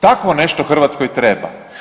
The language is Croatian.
Takvo nešto Hrvatskoj treba.